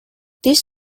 this